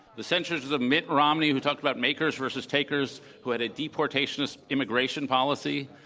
the centrism of mitt romney. we talked about makers versus takers who had a deportationist immigration policy.